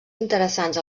interessants